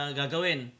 gagawin